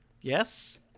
Yes